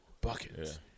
Buckets